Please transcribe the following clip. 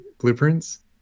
blueprints